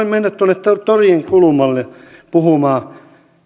mennä tuonne torien kulmalle puhumaan